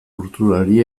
kulturari